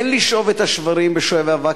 אין לשאוב את השברים בשואב אבק,